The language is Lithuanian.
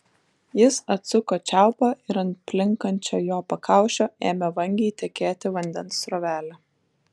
jis atsuko čiaupą ir ant plinkančio jo pakaušio ėmė vangiai tekėti vandens srovelė